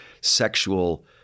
sexual